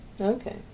Okay